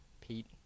Pete